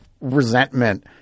resentment